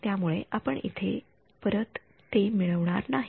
त्यामुळे आपण ते इथे परत मिळवणार नाही